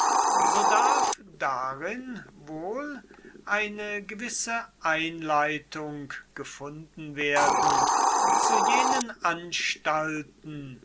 so darf darin wohl eine gewisse einleitung gefunden werden zu jenen anstalten